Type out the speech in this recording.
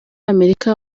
amerika